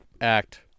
act